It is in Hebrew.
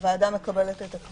הוועדה מקבלת את הקביעה?